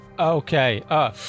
Okay